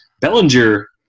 Bellinger